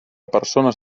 persones